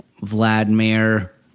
Vladimir